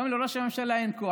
היום לראש הממשלה אין כוח.